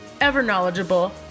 ever-knowledgeable